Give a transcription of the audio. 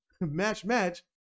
match-match